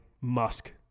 Musk